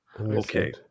okay